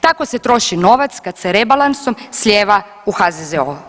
Tako se troši novac kad se rebalansom slijeva u HZZO.